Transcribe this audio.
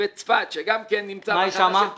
צפת גם כן נמצא בהכנה של פרוגרמה.